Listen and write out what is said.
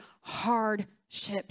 hardships